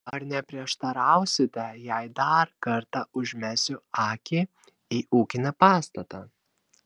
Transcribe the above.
ar neprieštarausite jei dar kartą užmesiu akį į ūkinį pastatą